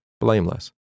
blameless